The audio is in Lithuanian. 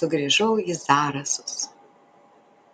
sugrįžau į zarasus